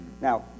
Now